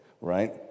right